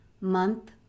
month